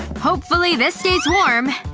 hopefully, this stays warm!